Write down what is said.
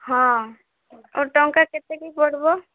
ହଁ ଆଉ ଟଙ୍କା କେତେକି ପଡ଼ବ